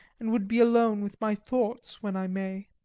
and would be alone with my thoughts when i may.